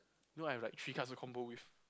you know I have like three cards to combo with